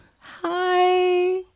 Hi